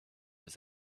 les